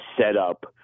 setup